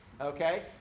Okay